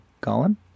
Colin